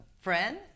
friend